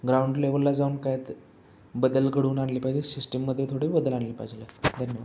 ground लेवलला जाऊन काय ते बदल घडवून आणली पाहिजे सिस्टीममध्ये थोडे बदल आणले पाहिजेत धन्यवाद